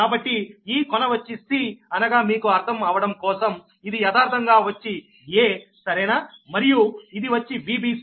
కాబట్టి ఈ కొన వచ్చి c అనగా మీకు అర్ధం అవడం కోసం ఇది యదార్ధంగా వచ్చి a సరేనా మరియు ఇది వచ్చి Vbc